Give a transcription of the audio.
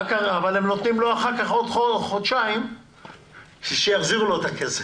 אבל נותנים לו אחר כך עוד חודשיים עד שיחזירו לו את הכסף.